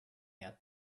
yet